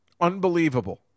Unbelievable